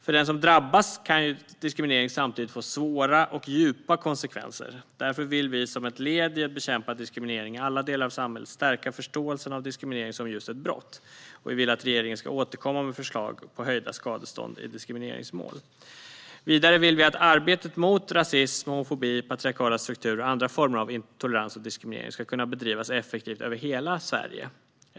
För den som drabbas kan diskriminering samtidigt få svåra och djupa konsekvenser. Därför vill vi, som ett led i att bekämpa diskriminering i alla delar av samhället, stärka förståelsen av diskriminering som just ett brott. Vi vill att regeringen ska återkomma med förslag på höjda skadestånd i diskrimineringsmål. Vidare vill vi att arbetet mot rasism, homofobi, patriarkala strukturer och andra former av intolerans och diskriminering ska kunna bedrivas effektivt över hela Sverige.